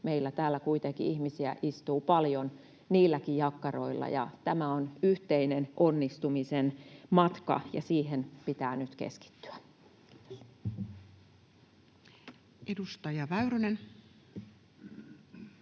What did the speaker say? Meillä täällä kuitenkin ihmisiä istuu paljon niilläkin jakkaroilla, ja tämä on yhteinen onnistumisen matka, ja siihen pitää nyt keskittyä. [Speech